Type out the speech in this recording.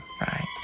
right